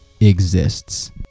exists